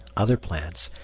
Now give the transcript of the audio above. other plants,